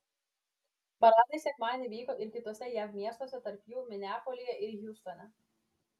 paradai sekmadienį vyko ir kituose jav miestuose tarp jų mineapolyje ir hjustone